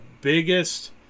biggest